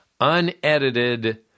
unedited